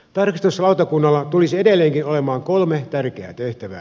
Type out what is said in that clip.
tarkastuslautakunnalla tulisi edelleenkin olemaan kolme tärkeää tehtävää